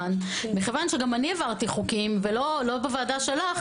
כיוון שגם אני העברתי חוקים לא בוועדה שלך